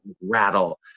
Rattle